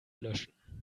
löschen